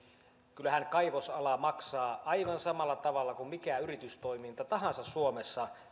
kyllähän kaivosala maksaa veroja aivan samalla tavalla kuin mikä yritystoiminta tahansa suomessa